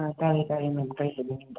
ꯑꯥ ꯇꯥꯔꯦ ꯇꯥꯔꯦ ꯑꯩꯉꯣꯟꯗ ꯀꯔꯤ ꯍꯥꯏꯕꯤꯅꯤꯡꯕ